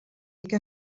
què